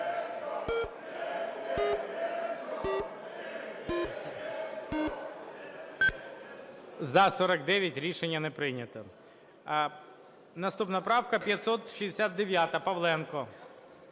За-58 Рішення не прийнято. Наступна правка. 571-а, Павленко.